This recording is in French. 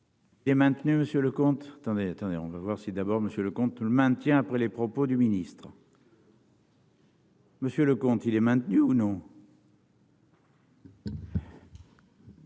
Il est maintenu, monsieur Leconte attendez, attendez, on va voir si d'abord Monsieur le comte le maintien après les propos du ministre. Monsieur Leconte il est maintenu ou non.